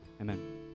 amen